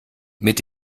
mit